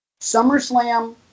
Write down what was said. SummerSlam